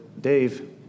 Dave